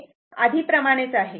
हे आधी प्रमाणेच आहे